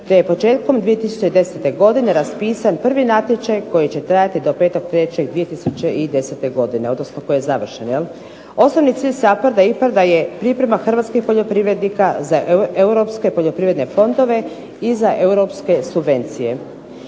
te je početkom 2010. godine raspisan prvi natječaj koji će trajati do 5. veljače 2010. godine, odnosno koji je završen jel'. Osnovni cilj SAPHARD-a i IPARD-a je priprema hrvatskih poljoprivrednika za europske poljoprivredne fondove i za europske subvencije.